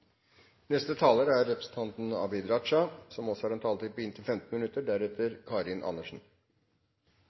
Neste taler er representanten Karin Andersen, som nå har en taletid på inntil 10 minutter.